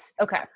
Okay